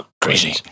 Crazy